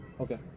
Okay